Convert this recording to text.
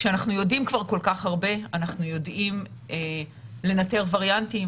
כשאנחנו יודעים כבר כל כך הרבה - אנחנו יודעים לנטר וריאנטים,